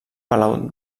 palau